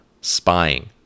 spying